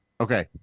Okay